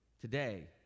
today